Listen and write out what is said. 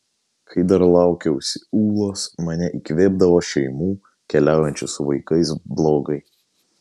kai dar laukiausi ūlos mane įkvėpdavo šeimų keliaujančių su vaikais blogai